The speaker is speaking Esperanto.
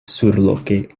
surloke